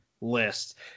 list